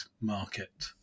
market